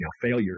failure